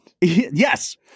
Yes